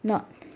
not